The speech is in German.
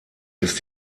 ist